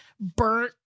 burnt